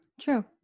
true